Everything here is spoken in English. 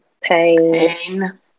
pain